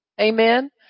Amen